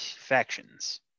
factions